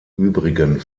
übrigen